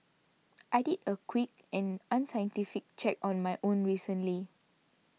I did a quick and unscientific check of my own recently